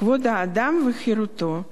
כבוד האדם וחירותו,